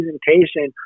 presentation